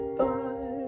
bye